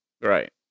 Right